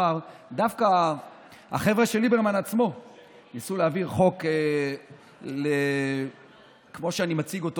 דווקא החבר'ה של ליברמן עצמו ניסו להעביר חוק כמו שאני מציג,